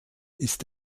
ist